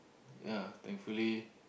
ya thankfully